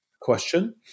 question